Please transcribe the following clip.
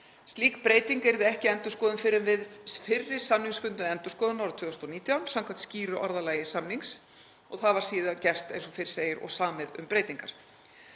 Slík breyting yrði ekki endurskoðuð fyrr en við fyrri samningsbundna endurskoðun árið 2019 samkvæmt skýru orðalagi samnings. Og það var síðan gert, eins og fyrr segir, og samið um breytingar.